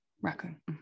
raccoon